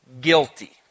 guilty